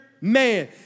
man